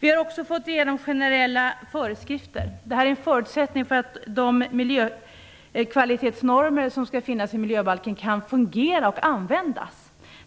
Vi har också fått igenom generella föreskrifter. Det är en förutsättning för att de miljökvalitetsnormer som skall finnas i miljöbalken skall fungera och användas.